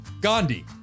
Gandhi